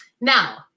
Now